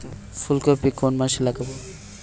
ফুলকপি কোন মাসে লাগাবো?